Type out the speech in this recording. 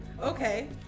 Okay